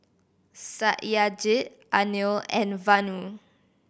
Satyajit Anil and Vanu